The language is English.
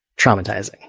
traumatizing